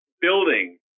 building